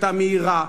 היתה מהירה,